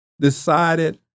decided